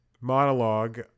monologue